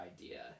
idea